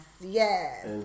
yes